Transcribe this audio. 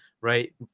right